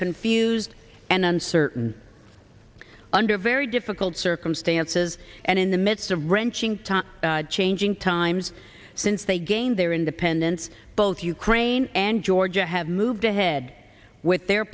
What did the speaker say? confused and uncertain under very difficult circumstances and in the midst of wrenching times changing times since they gained their independence both ukraine and georgia have moved ahead with their